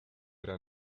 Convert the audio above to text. era